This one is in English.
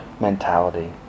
mentality